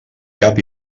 cap